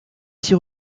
six